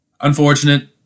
unfortunate